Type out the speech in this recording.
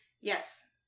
yes